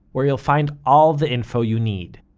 where you'll find all the info you need.